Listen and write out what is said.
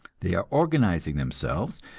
they are organizing themselves,